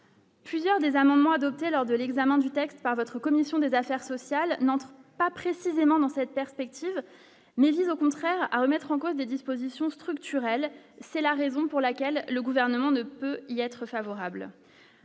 Plusieurs des amendements adoptés lors de l'examen du texte par votre commission des affaires sociales, n'entrent pas précisément dans cette perspective, mais au contraire à remettre en cause des dispositions structurelles, c'est la raison pour laquelle le gouvernement ne peut il y a être favorable,